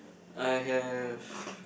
I have